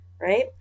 right